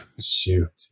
Shoot